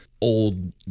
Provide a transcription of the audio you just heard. old